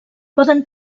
poden